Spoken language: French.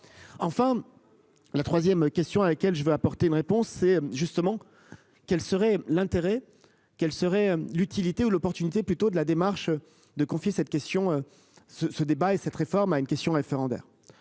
Enfin. La 3ème. Question à laquelle je veux apporter une réponse c'est justement quel serait l'intérêt, quel serait l'utilité ou l'opportunité plutôt de la démarche de confier cette question ce ce débat et cette réforme a une question référendaire